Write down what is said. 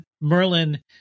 Merlin